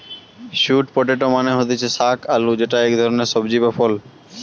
sweet potato মানে হতিছে শাক আলু যেটা ইক ধরণের সবজি বা ফল